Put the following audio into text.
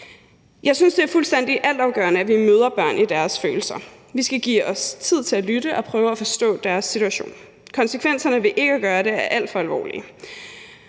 Jeg synes, det er fuldstændig altafgørende, at vi møder børn i deres følelser. Vi skal give os tid til at lytte og prøve at forstå deres situation. Konsekvenserne ved ikke at gøre det er alt for alvorlige.